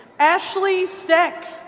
ashley steck.